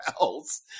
else